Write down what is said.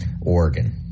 Oregon